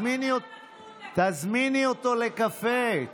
תזמיני אותו לקפה.